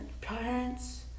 parents